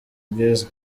bwiza